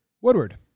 Woodward